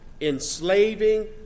enslaving